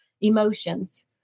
emotions